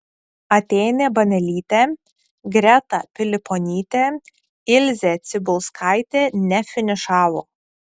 atėnė banelytė greta piliponytė ilzė cibulskaitė nefinišavo